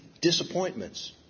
disappointments